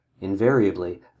Invariably